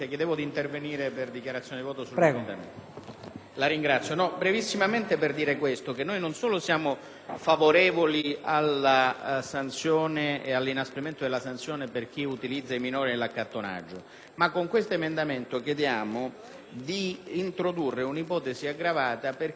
sanzione e all'inasprimento della sanzione per chi utilizza i minori nell'accattonaggio, ma con questo emendamento chiediamo di introdurre un'ipotesi aggravata per chi utilizzi minori di tre anni (una delle ipotesi più ricorrenti nello sfruttamento dei minori in questo campo).